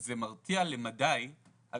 זה מרתיע למדי.